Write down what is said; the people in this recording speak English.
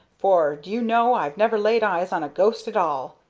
for do you know i've never laid eyes on a ghost at all,